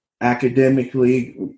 academically